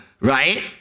right